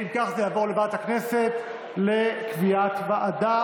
אם כך, זה יעבור לוועדת הכנסת לקביעת ועדה.